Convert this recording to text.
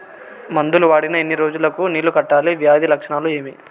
మందులు వాడిన ఎన్ని రోజులు కు నీళ్ళు కట్టాలి, వ్యాధి లక్షణాలు ఏమి?